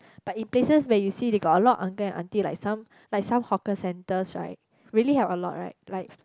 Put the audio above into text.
but in places where you see there got a lot of uncle and aunty like some like some hawker centers right really have a lot right like